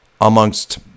amongst